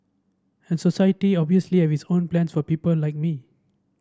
and society obviously have its own plans for people like me